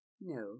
No